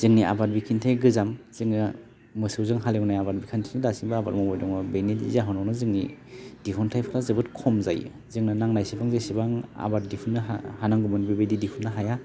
जोंनि आबाद बिखान्थिया गोजाम जोङो मोसौजों हालेवनाय आबाद बिखान्थिजों दासिमबो आबाद मावबाय दङ बेनि जाहोनावनो जोंनि दिहुन्थाइफ्रा जोबोद खम जायो जोंनो नांनायसिम जेसेबां आबाद दिहुननो हानांगौमोन बेबायदि दिहुननो हाया